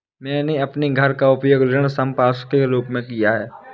मैंने अपने घर का उपयोग ऋण संपार्श्विक के रूप में किया है